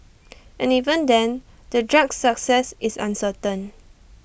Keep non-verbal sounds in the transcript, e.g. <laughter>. <noise> and even then the drug's success is uncertain